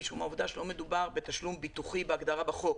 משום העובדה שלא מדובר בתשלום ביטוחי בהגדרה בחוק.